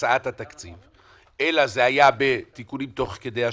בהצעת התקציב, אלא זה היה בתיקונים תוך כדי השנה,